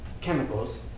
chemicals